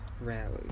rally